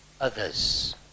others